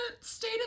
stayed